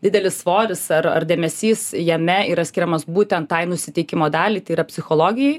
didelis svoris ar ar dėmesys jame yra skiriamas būtent tai nusiteikimo daliai tai yra psichologijai